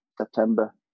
september